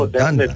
done